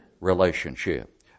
relationship